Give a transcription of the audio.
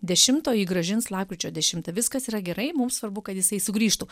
dešimtą o jį grąžins lapkričio dešimtą viskas yra gerai mums svarbu kad jisai sugrįžtų